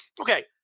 Okay